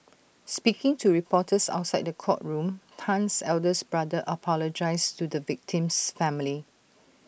speaking to reporters outside the courtroom Tan's eldest brother apologised to the victim's family